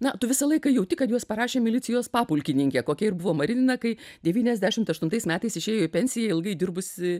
na tu visą laiką jauti kad juos parašė milicijos papulkininkė kokia ir buvo marinina kai devyniasdešimt aštuntais metais išėjo į pensiją ilgai dirbusi